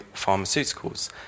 pharmaceuticals